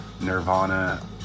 Nirvana